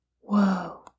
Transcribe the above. Whoa